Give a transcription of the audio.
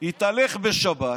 התהלך בשבת